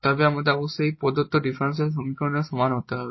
তবে আমাদের অবশ্যই এই প্রদত্ত ডিফারেনশিয়াল সমীকরণের সমান হতে হবে